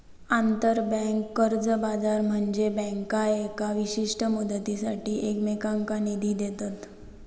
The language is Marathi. आंतरबँक कर्ज बाजार म्हनजे बँका येका विशिष्ट मुदतीसाठी एकमेकांनका निधी देतत